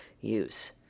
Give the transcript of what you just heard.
use